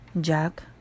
Jack